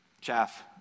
chaff